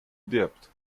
debt